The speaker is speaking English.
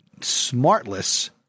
Smartless